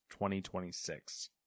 2026